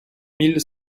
mille